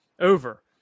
over